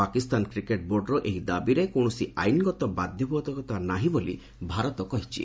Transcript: Pakistan cricket ବୋର୍ଡର ଏହି ଦାବିରେ କୌଣସି ଆଇନଗତ ବାଧ୍ୟବାଧକତା ନାହିଁ ବୋଲି ଭାରତ କହିଛି